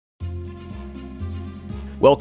Welcome